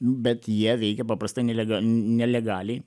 bet jie veikė paprastai nelega nelegaliai